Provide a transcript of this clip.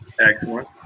Excellent